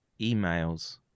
emails